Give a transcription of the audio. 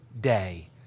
day